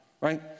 right